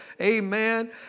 Amen